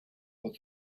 but